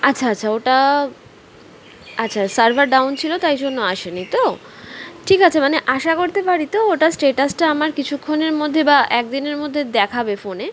আচ্ছা আচ্ছা ওটা আচ্ছা সার্ভার ডাউন ছিলো তাই জন্য আসে নি তো ঠিক আছে মানে আশা করতে পারি তো ওটা স্টেটাসটা আমার কিছুক্ষণের মধ্যে বা এক দিনের মধ্যে দেখাবে ফোনে